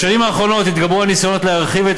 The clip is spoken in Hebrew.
בשנים האחרונות התגברו הניסיונות להרחיב את